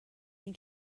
این